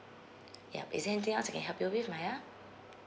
yup is there anything else I can help you with maya